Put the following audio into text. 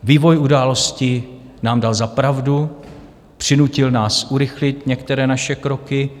Vývoj událostí nám dal za pravdu, přinutil nás urychlit některé naše kroky.